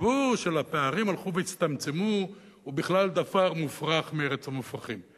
הסיפור של הפערים שהלכו והצטמצמו הוא בכלל דבר מופרך מארץ המופרכים.